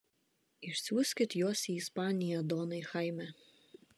išsiųskit juos į ispaniją donai chaime